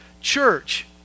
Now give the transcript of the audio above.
church